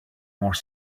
more